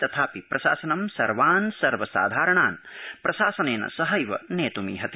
तथापि प्रशासनं सर्वान् सर्वसाधारणान् प्रशासनेन सहैव नेत्मीहते